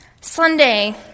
Sunday